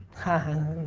ha